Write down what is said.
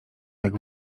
jak